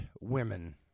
women